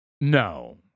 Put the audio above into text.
No